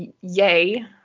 Yay